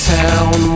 town